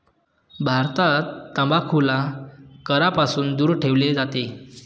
भारतात तंबाखूला करापासून दूर ठेवले जाते